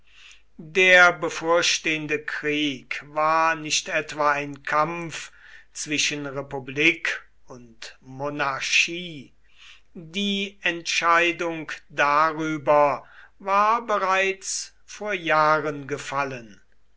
der bevorstehende krieg war nicht etwa ein kampf zwischen republik und monarchie die entscheidung darüber war bereits vor jahren gefallen